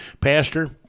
Pastor